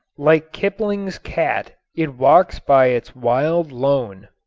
like kipling's cat it walks by its wild lone.